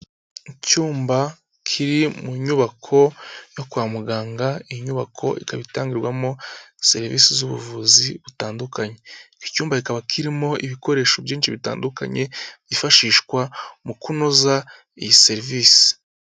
Icyumba kiri mu nyubako yo kwa muganga, iyi nyubako ikaba itangirwamo serivisi z'ubuvuzi butandukanye, iki cyumba kikaba kirimo ibikoresho byinshi bitandukanye byifashishwa mu kunoza iyi serivisi.